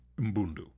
Mbundu